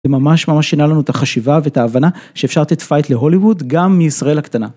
זה ממש ממש שינה לנו את החשיבה ואת ההבנה שאפשר לתת פייט להוליווד, גם מישראל הקטנה.